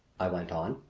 i went on,